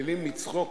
מתגלגלים מצחוק.